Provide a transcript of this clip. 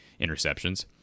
interceptions